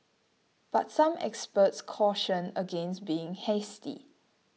but some experts cautioned against being hasty